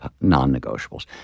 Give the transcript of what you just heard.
non-negotiables